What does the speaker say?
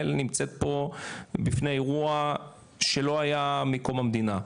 נמצאת פה בפני אירוע שלא היה מקום המדינה,